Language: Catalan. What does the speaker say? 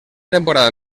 temporada